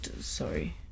Sorry